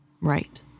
Right